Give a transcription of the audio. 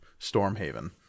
Stormhaven